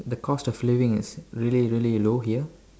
the cost of living is really really low here